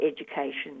education